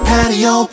Patio